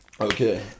Okay